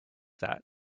that